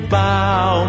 bow